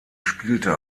spielte